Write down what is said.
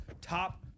top